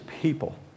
people